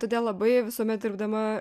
todėl labai visuomet dirbdama